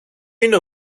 είναι